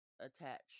attach